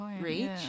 reach